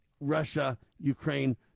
Russia-Ukraine